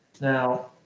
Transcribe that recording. Now